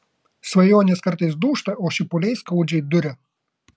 svajonės kartais dūžta o šipuliai skaudžiai duria